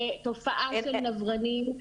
לתופעה של נברנים,